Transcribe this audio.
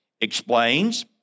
explains